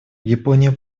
япония